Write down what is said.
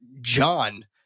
John